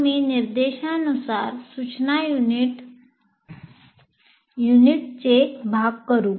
आम्ही निर्देशानुसार सूचना युनिटचे भाग करू